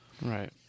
Right